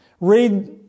Read